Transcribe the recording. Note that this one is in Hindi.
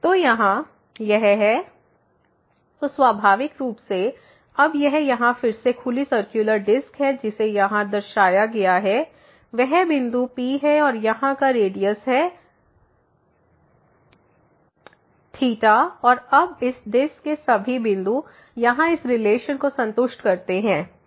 तो यहाँ NP≔xyx x02y y02δ तो स्वाभाविक रूप से अब यह यहाँ फिर से खुली सर्कुलर डिस्क है जिसे यहाँ दर्शाया गया है वह बिंदु P है और यहां का रेडियस है और अब इस डिस्क के सभी बिंदु यहां इस रिलेशन को संतुष्ट करते हैं